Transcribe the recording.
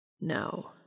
No